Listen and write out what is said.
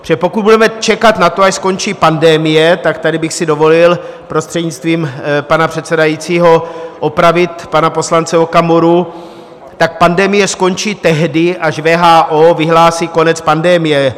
Protože pokud budeme čekat na to, až skončí pandemie, tak tady bych si dovolil, prostřednictvím pana předsedajícího, opravit pana poslance Okamuru: pandemie skončí tehdy, až WHO vyhlásí konec pandemie.